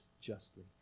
justly